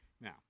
Now